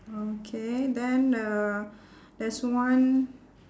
okay then the there's one